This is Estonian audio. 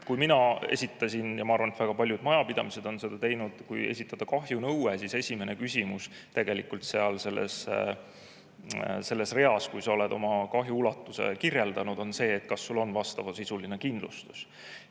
[kahjunõude] ja ma arvan, et väga paljud majapidamised on seda teinud. Kui esitada kahjunõue, siis esimene küsimus selles reas, kui sa oled oma kahju ulatust kirjeldanud, on see, kas sul on vastav kindlustus.